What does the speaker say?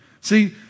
See